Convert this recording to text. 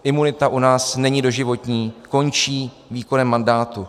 Imunita u nás není doživotní, končí výkonem mandátu.